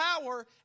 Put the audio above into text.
power